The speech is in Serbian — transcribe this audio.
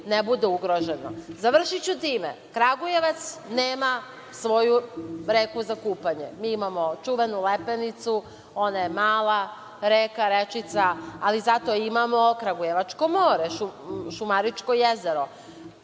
ne bude ugrožen. Završiću time, Kragujevac nema svoju reku za kupanje. Mi imamo čuvenu Lepenicu, ona je mala reka, rečica, ali zato imam kragujevačko more, Šumaričko jezero,